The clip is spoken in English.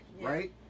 right